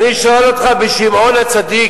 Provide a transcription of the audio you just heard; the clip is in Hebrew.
אני שואל אותך, בשמעון-הצדיק,